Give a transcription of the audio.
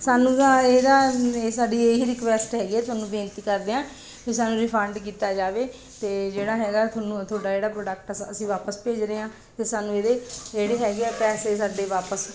ਸਾਨੂੰ ਤਾਂ ਇਹਦਾ ਸਾਡੀ ਇਹੀ ਰਿਕੁਐਸਟ ਹੈਗੀ ਹੈ ਤੁਹਾਨੂੰ ਬੇਨਤੀ ਕਰਦੇ ਹਾਂ ਕਿ ਸਾਨੂੰ ਰਿਫੰਡ ਕੀਤਾ ਜਾਵੇ ਅਤੇ ਜਿਹੜਾ ਹੈਗਾ ਤੁਹਾਨੂੰ ਤੁਹਾਡਾ ਜਿਹੜਾ ਪ੍ਰੋਡਕਟ ਅਸੀਂ ਵਾਪਸ ਭੇਜ ਰਹੇ ਹਾਂ ਅਤੇ ਸਾਨੂੰ ਇਹਦੇ ਜਿਹੜੇ ਹੈਗੇ ਆ ਪੈਸੇ ਸਾਡੇ ਵਾਪਸ